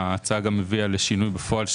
ההצעה גם הביאה לשינוי בפועל,